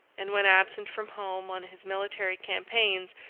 and when absent from home, on his military campaigns,